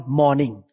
morning